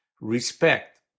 respect